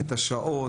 את השעות,